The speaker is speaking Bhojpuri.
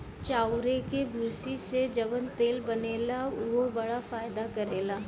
चाउरे के भूसी से जवन तेल बनेला उहो बड़ा फायदा करेला